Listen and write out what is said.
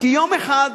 כי יום אחד,